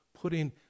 putting